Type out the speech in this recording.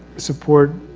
support,